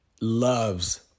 loves